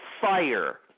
fire